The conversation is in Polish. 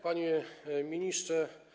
Panie Ministrze!